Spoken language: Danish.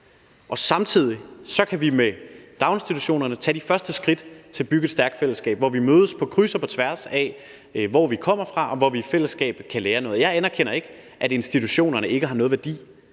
og samtidig kan vi med daginstitutionerne tage de første skridt til at bygge et stærkt fællesskab, hvor vi mødes på kryds og tværs af, hvor vi kommer fra, og hvor vi i fællesskab kan lære noget. Jeg anerkender ikke, at institutionerne ikke har nogen værdi